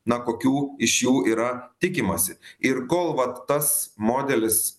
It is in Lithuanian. na kokių iš jų yra tikimasi ir kol vat tas modelis